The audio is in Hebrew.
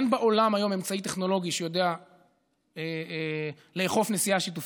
אין בעולם היום אמצעי טכנולוגי שיודע לאכוף נסיעה שיתופית.